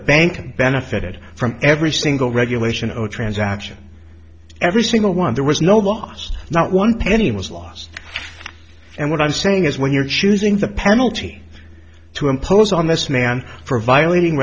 bank benefited from every single regulation or transaction every single one there was no loss not one penny was lost and what i'm saying is when you're choosing the penalty to impose on this man for violating